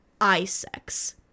Isex